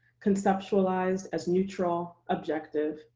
conceptualized as neutral, objective,